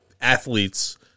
athletes